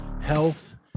health